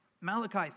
Malachi